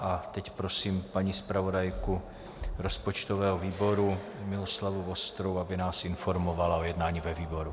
A teď prosím paní zpravodajku rozpočtového výboru Miloslavu Vostrou, aby nás informovala o jednání ve výboru.